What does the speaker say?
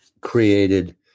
created